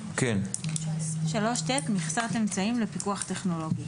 סעיף 3ט מדבר על מכסת אמצעים לפיקוח טכנולוגי.